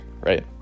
right